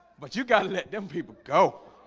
but you gotta let them people go